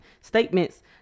statements